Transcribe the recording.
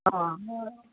હા